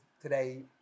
today